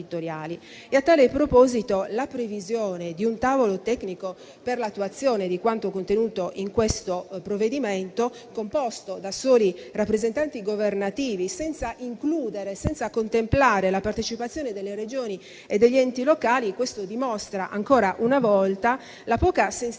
A tale proposito, la previsione di un tavolo tecnico per l'attuazione di quanto contenuto in questo provvedimento, composto da soli rappresentanti governativi, senza includere, senza contemplare la partecipazione delle Regioni e degli enti locali, dimostra ancora una volta la poca sensibilità